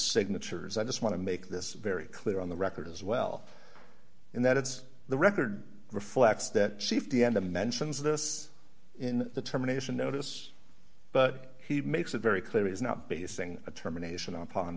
signatures i just want to make this very clear on the record as well in that it's the record reflects that safety and the mentions of this in the terminations notice but he makes it very clear it is not basing a terminations upon